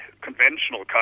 conventional